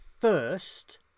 first